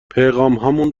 پیغامهامون